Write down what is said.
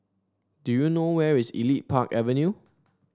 do you know where is Elite Park Avenue